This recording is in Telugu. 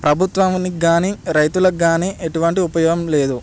ప్రభుత్వానికి కాని రైతులకు కాని ఎటువంటి ఉపయోగం లేదు